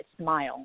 smile